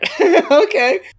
okay